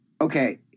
okay